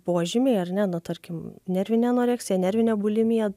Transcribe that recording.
požymiai ar ne na tarkim nervinė anoreksija nervinė bulimija